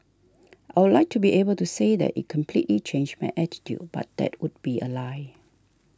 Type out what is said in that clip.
I would like to be able to say that it completely changed my attitude but that would be a lie